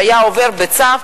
שהיו עוברים בצו,